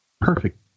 Perfect